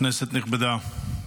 כנסת נכבדה,